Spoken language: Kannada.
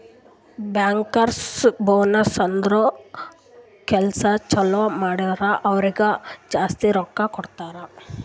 ಬ್ಯಾಂಕರ್ಸ್ ಬೋನಸ್ ಅಂದುರ್ ಕೆಲ್ಸಾ ಛಲೋ ಮಾಡುರ್ ಅವ್ರಿಗ ಜಾಸ್ತಿ ರೊಕ್ಕಾ ಕೊಡ್ತಾರ್